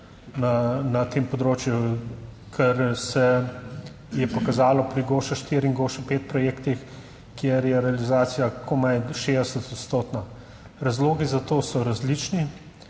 na tem področju, kar se je pokazalo pri GOŠO 4 in GOŠO 5 projektih, kjer je realizacija komaj 60 odstotna, razlogi za to so različni.